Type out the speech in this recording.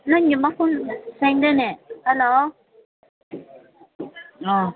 ꯅꯪꯒꯤ ꯃꯈꯣꯟ ꯁꯦꯡꯗꯦꯅꯦ ꯍꯜꯂꯣ ꯑꯥ